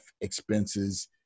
expenses